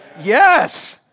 Yes